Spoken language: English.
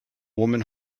woman